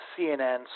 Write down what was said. CNN